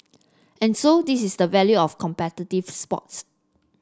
and so this is the value of competitive sports